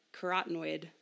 carotenoid